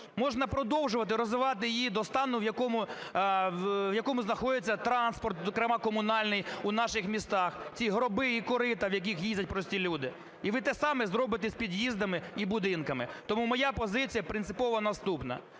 Можна продовжувати, розвивати її до стану, в якому… В якому знаходиться транспорт, зокрема, комунальний у наших містах, ці "гроби" і "корита", в яких їздять прості люди. І ви те саме зробите з під'їздами і будинками. Тому моя позиція принципова наступна: